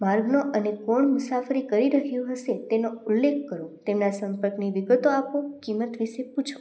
માર્ગનો અને કોણ મુસાફરી કરી રહ્યું હશે તેનો ઉલ્લેખ કરો તેમના સંપર્કની વિગતો આપો કિમત વિશે પૂછો